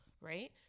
right